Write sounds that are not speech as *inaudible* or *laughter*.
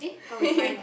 *laughs*